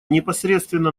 непосредственно